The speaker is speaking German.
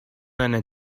eine